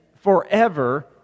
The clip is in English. forever